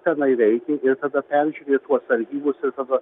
tenai veikė ir tada peržiūri tuos archyvus ir tada